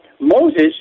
Moses